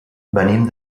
venim